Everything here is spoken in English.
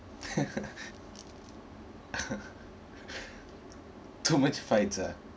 too much fights ah